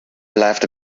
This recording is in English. left